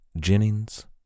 Jennings